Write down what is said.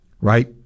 right